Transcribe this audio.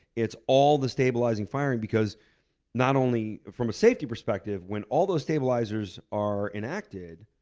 it's all the stabilizing firing because not only from a safety perspective, when all those stabilizers are enacted,